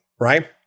right